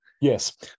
Yes